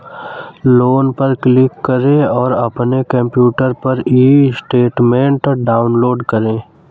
loan पर click करें और अपने कंप्यूटर पर ई स्टेटमेंट डाउनलोड करें